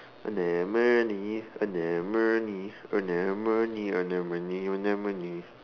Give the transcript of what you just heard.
anemones anemones anemones anemones anemones